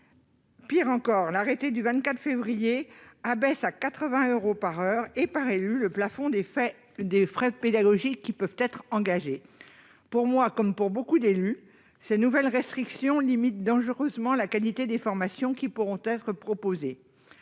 Pis, l'arrêté du 16 février 2021 abaisse à 80 euros par heure et par élu le plafond des frais pédagogiques pouvant être engagés. Pour moi, comme pour beaucoup d'élus, ces nouvelles restrictions limitent dangereusement la qualité des formations qui pourront être proposées.